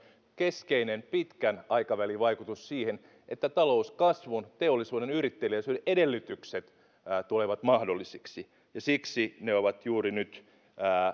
keskeinen pitkän aikavälin vaikutus siihen että talouskasvun teollisuuden yritteliäisyyden edellytykset tulevat mahdollisiksi ja siksi ne ovat juuri nyt